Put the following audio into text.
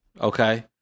Okay